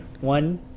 one